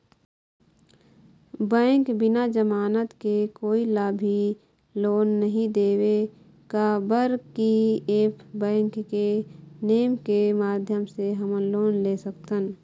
Bank बिना जमानत के कोई ला भी लोन नहीं देवे का बर की ऐप बैंक के नेम के माध्यम से हमन लोन ले सकथन?